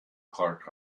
clark